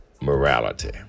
morality